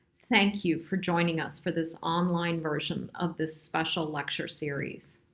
thank you for joining us for this online version of this special lecture series.